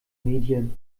medien